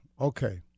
Okay